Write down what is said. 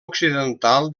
occidental